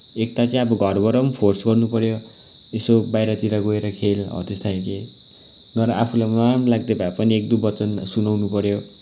एक त चाहिँ अब घरबाट पनि फोर्स गर्नुपऱ्यो यसो बाहिरतिर गएर खेल हो त्यस्तै खालके र आफूलाई नराम्रो लाग्दैभए पनि एक दुई बचन सुनाउनुपऱ्यो